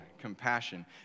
compassion